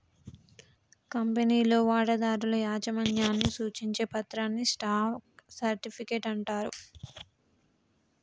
కంపెనీలో వాటాదారుల యాజమాన్యాన్ని సూచించే పత్రాన్ని స్టాక్ సర్టిఫికెట్ అంటారు